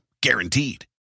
guaranteed